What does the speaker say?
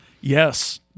Yes